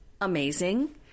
amazing